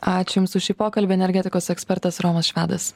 ačiū jums už šį pokalbį energetikos ekspertas romas švedas